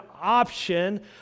option